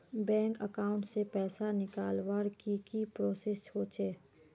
Bank account से पैसा निकालवर की की प्रोसेस होचे?